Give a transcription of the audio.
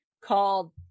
called